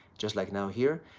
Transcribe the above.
just like now, here.